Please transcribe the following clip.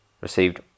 received